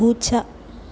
പൂച്ച